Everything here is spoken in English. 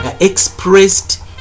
expressed